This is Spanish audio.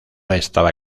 estaba